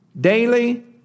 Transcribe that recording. Daily